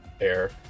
air